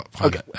Okay